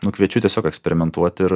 nu kviečiu tiesiog eksperimentuoti ir